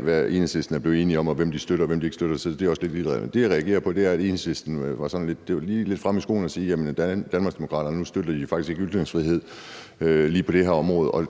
hvad Enhedslisten er blevet enige om, og hvem de støtter, og hvem de ikke støtter. Så det er også lidt irrelevant. Det, jeg reagerer på, er, at Enhedslisten sådan var lige lidt fremme i skoene og sige, at Danmarksdemokraterne nu faktisk ikke støtter ytringsfriheden lige på det her område.